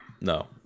No